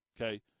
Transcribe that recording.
Okay